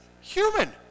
human